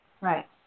Right